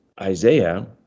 Isaiah